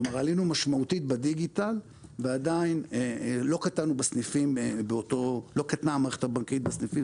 כלומר עלינו משמעותית בדיגיטל ועדיין לא קטנה המערכת הבנקאית בסניפים.